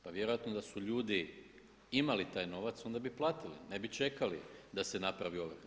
Pa vjerojatno da su ljudi imali taj novac onda bi platili, ne bi čekali da se napravi ovrha.